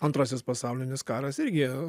antrasis pasaulinis karas irgi